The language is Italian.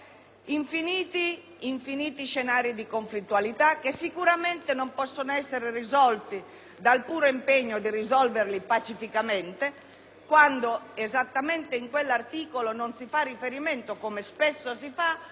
infiniti scenari di conflittualità, che sicuramente non possono essere risolti dal puro impegno a dirimerli pacificamente, quando, esattamente in quell'articolo, non si fa riferimento - come spesso si fa